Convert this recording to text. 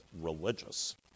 religious